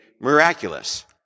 miraculous